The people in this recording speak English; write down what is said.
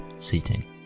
seating